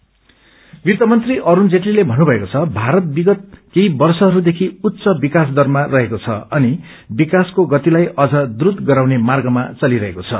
जेटली वित्त मन्त्री अरूण जेटलीले भन्नुभएको छ भारत विगत केक्षी वर्षहरूदेखि उच्च विकास दरमा रहेको छ अनि विक्रासको गतिलाई अझ ड्रूत गराउने मार्गमा चलिरहेक्वे छ